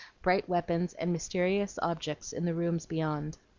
bright weapons, and mysterious objects in the rooms beyond.